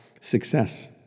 success